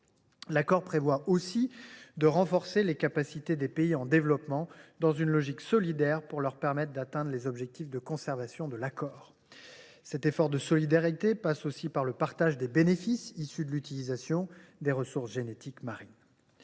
Il prévoit en outre de renforcer les capacités des pays en développement, dans une logique solidaire, pour leur permettre d’atteindre les objectifs de conservation qu’il contient. Cet effort de solidarité passe aussi par le partage des bénéfices issus de l’utilisation des ressources génétiques marines.